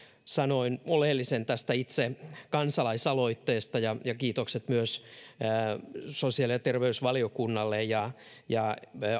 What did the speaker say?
sanoin oleellisen tästä itse kansalaisaloitteesta ja ja myös kiitokset sosiaali ja terveysvaliokunnalle ja ja